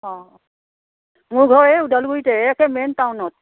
অঁ মোৰ ঘৰ এই ওদালগুৰিতে এই একে মেইন টাউনত